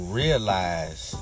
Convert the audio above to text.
realize